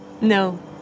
No